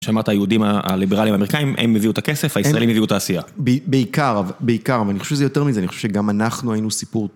כשאמרת היהודים הליברליים האמריקאים, הם הביאו את הכסף, הישראלים מביאו את העשייה. בעיקר, אבל אני חושב שזה יותר מזה, אני חושב שגם אנחנו היינו סיפור...